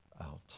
out